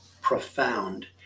profound